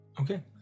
Okay